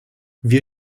wir